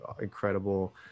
incredible